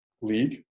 league